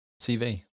cv